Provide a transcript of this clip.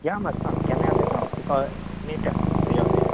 या मरे सांग केन्ना या तें सांग तुका ऍनीटायम या आमीं